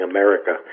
America